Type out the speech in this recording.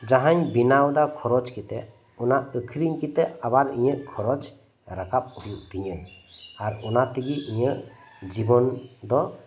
ᱡᱟᱦᱟᱸᱧ ᱵᱮᱱᱟᱣ ᱮᱫᱟ ᱠᱷᱚᱨᱚᱪ ᱠᱟᱛᱮᱫ ᱚᱱᱟ ᱟᱠᱷᱨᱤᱧ ᱠᱟᱛᱮᱫ ᱟᱵᱟᱨ ᱤᱧᱟᱹᱜ ᱠᱷᱚᱨᱚᱪ ᱨᱟᱠᱟᱵ ᱦᱩᱭᱩᱜ ᱛᱤᱧᱟᱹ ᱟᱨ ᱚᱱᱟ ᱛᱮᱜᱮ ᱤᱧᱟᱹᱜ ᱡᱤᱵᱚᱱ ᱫᱚ